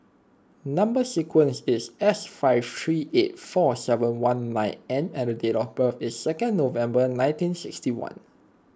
Number Sequence is S five three eight four seven one nine N and date of birth is second November nineteen sixty one